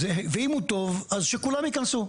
ואם הוא טוב, אז שכולם ייכנסו.